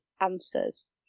answers